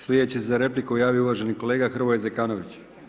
Slijedeći se za repliku javio uvaženi kolega Hrvoje Zekanović.